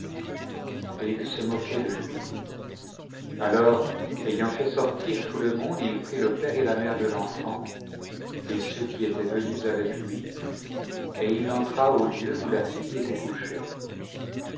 et ils se moquaient de lui alors ayant fait sortir tout le monde il prit le père et la mère de l'enfant et ceux qui étaient venus avec lui et il entra au lieu où la fille était couchée